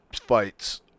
fights